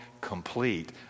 complete